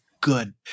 good